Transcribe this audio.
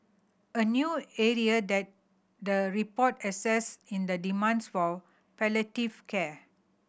a new area that the report assesses in the demands for palliative care